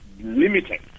limited